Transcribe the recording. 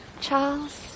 Charles